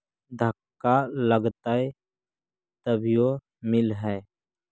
धक्का लगतय तभीयो मिल है?